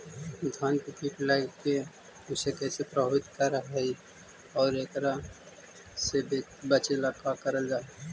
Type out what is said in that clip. धान में कीट लगके उसे कैसे प्रभावित कर हई और एकरा से बचेला का करल जाए?